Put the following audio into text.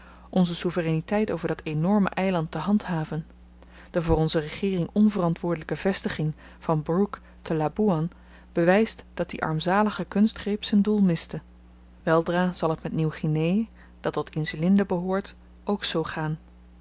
onze souvereiniteit over dat enorme eiland te handhaven de voor onze regeering onverantwoordelyke vestiging van brooke te laboean bewyst dat die armzalige kunstgreep z'n doel miste weldra zal t met nieuw guinee dat tot insulinde behoort ook zoo gaan